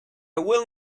will